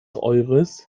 eures